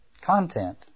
content